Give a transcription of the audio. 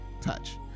touch